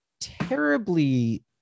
terribly